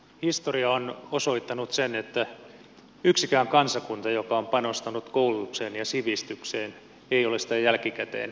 historia on osoittanut sen että yhdenkään kansakunnan joka on panostanut koulutukseen ja sivistykseen ei ole sitä jälkikäteen tarvinnut katua